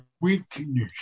weakness